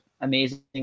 amazing